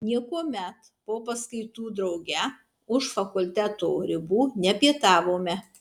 niekuomet po paskaitų drauge už fakulteto ribų nepietavome